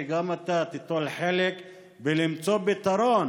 שגם אתה תיטול חלק במציאת פתרון